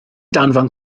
danfon